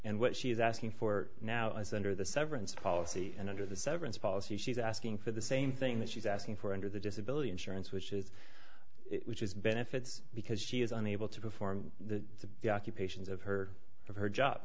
what she is asking for now is under the severance policy and under the severance policy she's asking for the same thing that she's asking for under the disability insurance which is which is benefits because she is unable to perform the occupations of her or her job